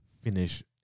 finish